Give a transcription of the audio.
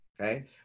okay